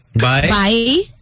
Bye